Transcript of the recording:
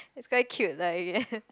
it's quite cute like